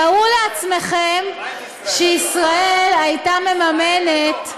תארו לעצמכם שישראל הייתה מממנת,